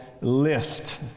list